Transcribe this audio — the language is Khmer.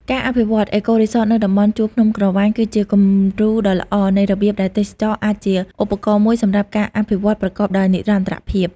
ការអភិវឌ្ឍ អេកូរីសតនៅតំំបន់ជួរភ្នំក្រវ៉ាញគឺជាគំរូដ៏ល្អនៃរបៀបដែលទេសចរណ៍អាចជាឧបករណ៍មួយសម្រាប់ការអភិវឌ្ឍប្រកបដោយនិរន្តរភាព។